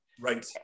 right